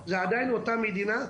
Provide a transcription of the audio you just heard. זו עדיין אותה מדינה,